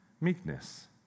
meekness